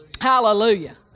Hallelujah